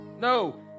No